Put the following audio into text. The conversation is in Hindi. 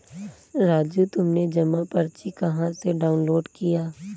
राजू तुमने जमा पर्ची कहां से डाउनलोड किया?